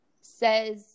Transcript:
says